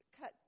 cut